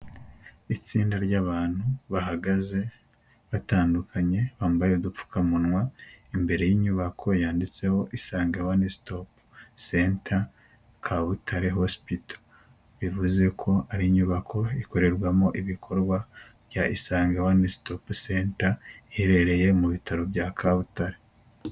Itsinda ry'abantu bahagaze batandukanye bambaye udupfukamunwa imbere y'inyubako yanditseho Isange wani sitopu senta Kabutare hosipito bivuze ko ari inyubako ikorerwamo ibikorwa bya isange wani sitopu senta iherereye mu bitaro bya Kabutare.